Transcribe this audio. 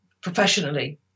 professionally